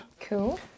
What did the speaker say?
Cool